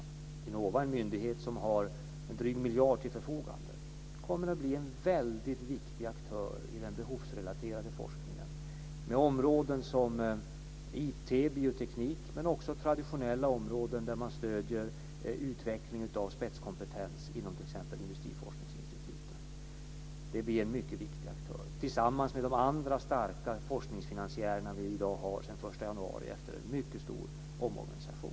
Vinnova är en myndighet som har en dryg miljard till förfogande och som kommer att bli en väldigt viktig aktör i den behovsrelaterade forskningen med områden som IT och bioteknik, men också traditionella områden där man stöder utveckling av spetskompetens inom t.ex. industriforskningsinstituten. Det blir en mycket viktig aktör tillsammans med de andra starka forskningsfinansiärerna som vi i dag har sedan den 1 januari efter en mycket stor omorganisation.